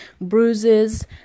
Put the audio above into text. bruises